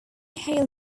hale